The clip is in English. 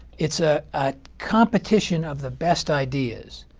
it's a competition of the best ideas.